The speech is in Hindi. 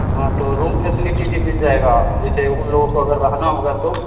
हँ तो रूम फेसलिटी भी मिल जाएगा जैसे उन लोगों को अगर रहना होगा तो